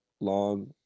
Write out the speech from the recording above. long